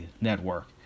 network